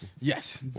Yes